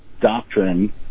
doctrine